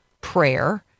prayer